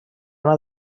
anna